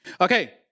Okay